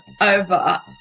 over